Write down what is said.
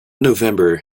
november